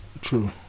True